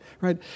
right